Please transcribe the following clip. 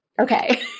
Okay